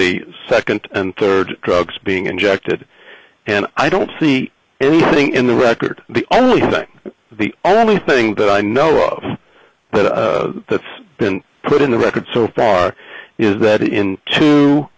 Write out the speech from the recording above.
the second and third drugs being injected and i don't see anything in the record the only time the only thing that i know of that the been put in the record so far is that in two